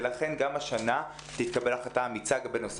ולכן גם השנה תתקבל החלטה אמיצה בנושא